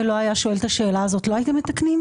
לא היה שואל את השאלה הזו לא הייתם מתקנים?